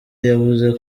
yavuze